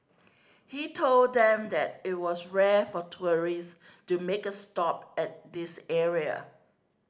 he told them that it was rare for tourist to make a stop at this area